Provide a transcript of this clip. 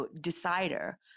decider